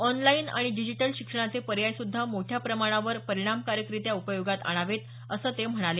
online आणि digital शिक्षणाचे पर्याय सुद्धा मोठ्या प्रमाणावर परिणामकारकरित्या उपयोगात आणावेत असं ते म्हणाले